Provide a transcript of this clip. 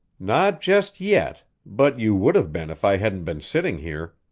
not just yet, but you would have been if i hadn't been sitting here.